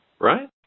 right